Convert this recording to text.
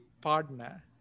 partner